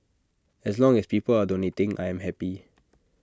as long as people are donating I'm happy